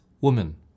woman